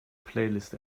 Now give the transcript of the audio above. playlist